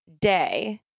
day